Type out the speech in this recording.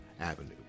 Avenue